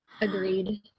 agreed